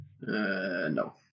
no